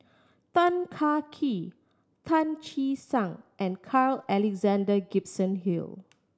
Tan Kah Kee Tan Che Sang and Carl Alexander Gibson Hill